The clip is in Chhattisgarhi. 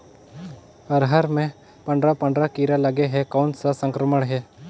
अरहर मे पंडरा पंडरा कीरा लगे हे कौन सा संक्रमण हे?